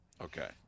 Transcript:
Okay